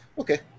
okay